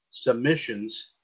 Submissions